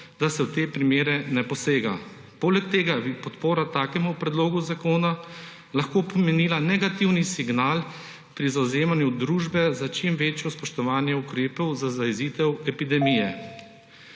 da se v te primere ne posega. Poleg tega bi podpora takemu predlogu zakona lahko pomenila negativni signal pri zavzemanju družbe za čim večje spoštovanje ukrepov za zajezitev epidemije.